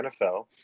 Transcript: NFL